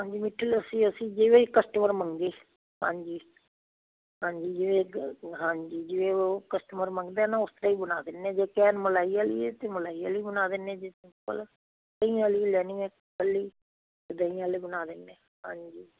ਹਾਂਜੀ ਮਿੱਠੀ ਲੱਸੀ ਅਸੀਂ ਜਿਵੇਂ ਹੀ ਕਸਟਮਰ ਹੀ ਮੰਗੇ ਹਾਂਜੀ ਹਾਂਜੀ ਜਿਵੇਂ ਇੱਕ ਹਾਂਜੀ ਜਿਵੇਂ ਉਹ ਕਸਟਮਰ ਮੰਗਦਾ ਨਾ ਉਸ ਤਰ੍ਹਾਂ ਹੀ ਬਣਾ ਦਿੰਦੇ ਜੇ ਕਹਿਣ ਮਲਾਈ ਵਾਲੀ ਤਾਂ ਮਲਾਈ ਵਾਲੀ ਬਣਾ ਦਿੰਦੇ ਜੇ ਸਿੰਪਲ ਦਹੀਂ ਵਾਲੀ ਵੀ ਲੈਣੀ ਆ ਇਕੱਲੀ ਤਾਂ ਦਹੀਂ ਵਾਲੀ ਬਣਾ ਦਿੰਦੇ ਆ ਹਾਂਜੀ